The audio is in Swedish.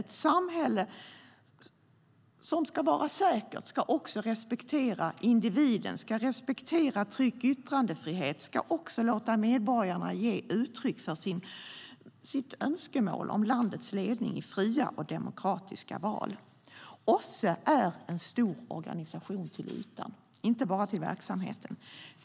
Ett samhälle som ska vara säkert ska också respektera individen, tryck och yttrandefrihet och också låta medborgarna ge uttryck för sitt önskemål om landets ledning i fria och demokratiska val. OSSE är en stor organisation också till ytan, inte bara till verksamheten.